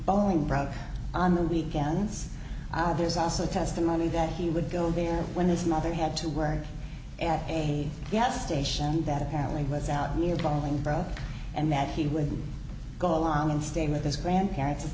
bowling broke on the weekends there's also testimony that he would go there when his mother had to work at a gas station that apparently was out near calling for a and that he would go along and staying with his grandparents